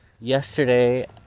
yesterday